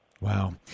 Wow